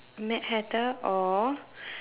Mad-Hatter or